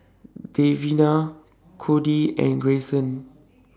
Davina Codie and Greyson